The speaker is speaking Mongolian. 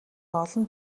олон